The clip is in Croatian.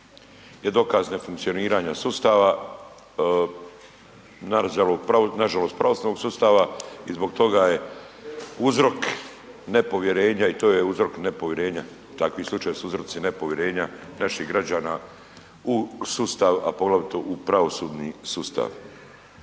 je dokaz nefunkcioniranja sustava, nažalost pravosudnog sustava i zbog toga je uzrok nepovjerenja i to je uzrok nepovjerenja, takvi slučajevi su uzroci nepovjerenja naših građana u sustav, a poglavito u pravosudni sustav.